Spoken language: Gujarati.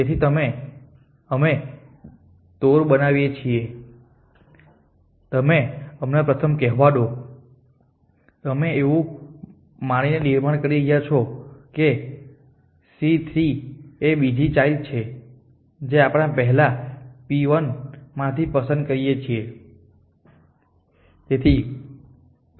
તેથી અમે ટૂર બનાવીએ છીએ તમે અમને પ્રથમ કહેવા દો તમે એવું માનીને નિર્માણ કરી રહ્યા છો કે c ૩ એ બીજું ચાઈલ્ડ છે જે આપણે પહેલા p ૧ માંથી પસંદ કરીએ છીએ